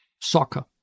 soccer